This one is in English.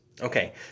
Okay